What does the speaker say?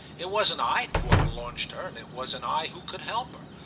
it wasn't i who had launched her and it wasn't i who could help her.